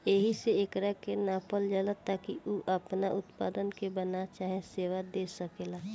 एहिसे एकरा के नापल जाला ताकि उ आपना उत्पाद के बना चाहे सेवा दे सकेला